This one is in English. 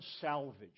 salvage